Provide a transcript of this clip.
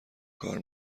کار